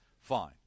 fine